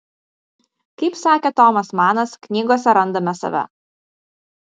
kaip sakė tomas manas knygose randame save